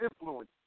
influence